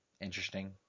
interesting